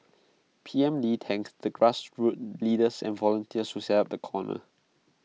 P M lee thanked the grassroots leaders and volunteers who set up the corner